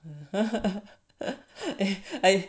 I